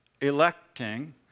electing